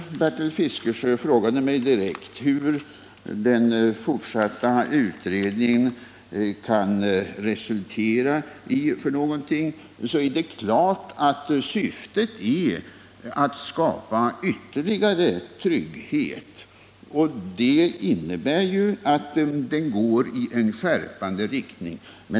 Bertil Fiskesjö frågade mig direkt vad den fortsatta utredningen kan resultera i. Syftet är naturligtvis att skapa ytterligare trygghet. Det innebär då att utredningen går i skärpande riktning.